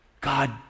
God